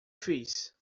fiz